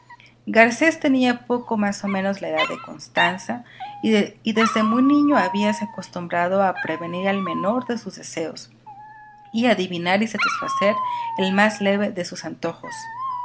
garcés tenía poco más o menos la edad de constanza y desde muy niño habíase acostumbrado a prevenir al menor de sus deseos y adivinar y satisfacer el más leve de sus antojos